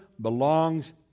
belongs